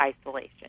isolation